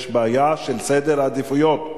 יש בעיה של סדר עדיפויות.